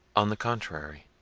on the contrary,